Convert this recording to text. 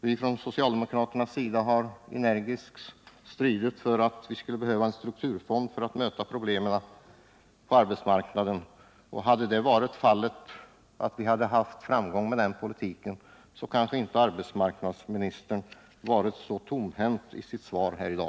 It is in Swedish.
Vi har från socialdemokraternas sida energiskt stridit för att få en strukturfond som kan möta problemen på arbetsmarknaden, och hade vi haft framgång med den politiken kanske inte arbetsmarknadsministern varit så tomhänt när han skulle svara här i dag.